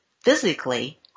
physically